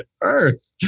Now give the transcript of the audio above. earth